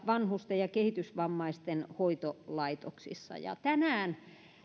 vanhusten ja kehitysvammaisten hoitolaitoksissa tänään